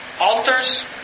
altars